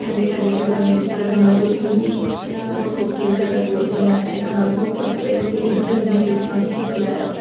ٹھنڈی ٹھنڈی جگہ ہیاں جس طرح گنگا چوٹی ہوئی گئی، بہت خوبصورت جگہ دی اتن بہت برف پئی دی لیکن گرمیاں اچ اسنا جلے